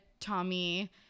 Tommy